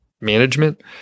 management